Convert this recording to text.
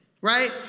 right